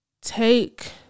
take